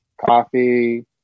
coffee